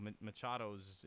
Machado's –